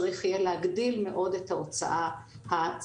צריך יהיה להגדיל מאוד את ההוצאה הציבורית.